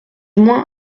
moins